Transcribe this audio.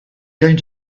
going